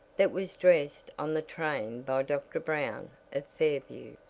that was dressed on the train by dr. brown, of fairview.